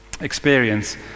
experience